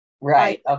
Right